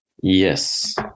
Yes